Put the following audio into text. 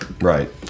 Right